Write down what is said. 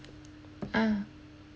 ah